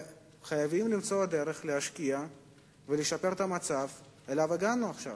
וחייבים למצוא דרך להשקיע ולשפר את המצב שאליו הגענו עכשיו.